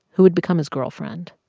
who had become his girlfriend.